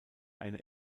eine